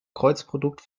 kreuzprodukt